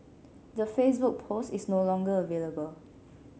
the Facebook post is no longer available